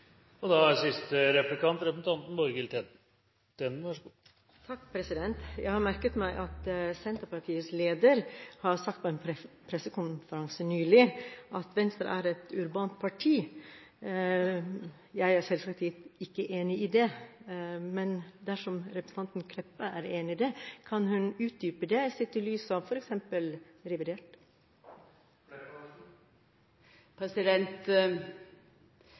Jeg har merket meg at Senterpartiets leder på en pressekonferanse nylig sa at Venstre er et urbant parti. Jeg er selvsagt ikke enig i det, men dersom representanten Meltveit Kleppa er enig i det, kan hun utdype det, sett i lys av f.eks. revidert?